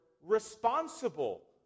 responsible